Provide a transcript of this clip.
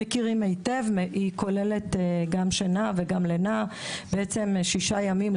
היא כוללת לינה במשך ששה ימים,